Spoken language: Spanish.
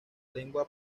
lengua